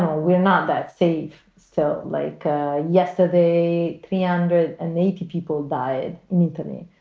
we're not that safe. so like yesterday. three hundred and eighty people died neoteny,